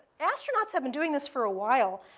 astronauts have been doing this for a while.